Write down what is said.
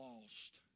lost